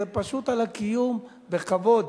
זה פשוט על הקיום בכבוד,